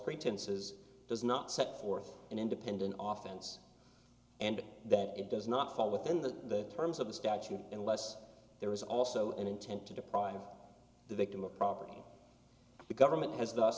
pretenses does not set forth an independent oftens and that it does not fall within the terms of the statute unless there is also an intent to deprive the victim of property the government has th